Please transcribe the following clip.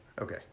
Okay